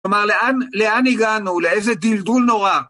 כלומר, לאן הגענו ולאיזה דלדול נורא?